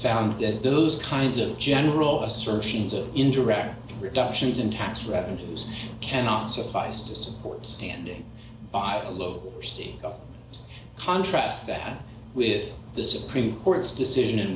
found that those d kinds of general assertions of indirect reductions in tax revenues cannot suffice to support standing by a low contrast that with the supreme court's decision in